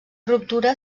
ruptura